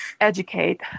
educate